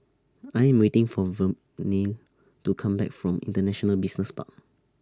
I Am waiting For Vernelle to Come Back from International Business Park